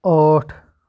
ٲٹھ